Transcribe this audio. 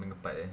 mengepart eh